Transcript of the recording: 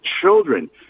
children